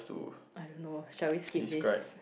I don't know shall we skip this